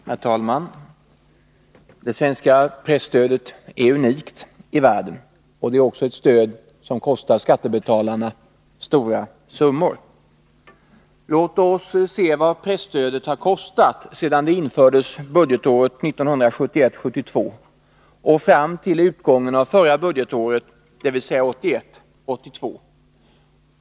Herr talman! Det svenska presstödet är unikt i världen. Det är också ett stöd som kostar skattebetalarna stora summor. Låt oss se på vad presstödet har kostat sedan det infördes budgetåret 1971 82.